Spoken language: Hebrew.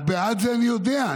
את בעד זה, אני יודע.